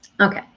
okay